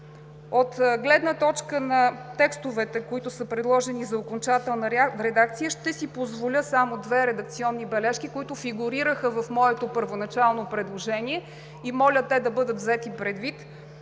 От гледна точка на текстовете, които са предложени за окончателна редакция, ще си позволя само две редакционни бележки, които фигурираха в моето първоначално предложение. Моля те да бъдат взети предвид.